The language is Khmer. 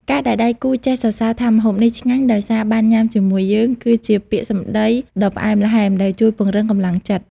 ការដែលដៃគូចេះសរសើរថាម្ហូបនេះឆ្ងាញ់ដោយសារបានញ៉ាំជាមួយយើង គឺជាពាក្យសម្ដីដ៏ផ្អែមល្ហែមដែលជួយពង្រឹងកម្លាំងចិត្ត។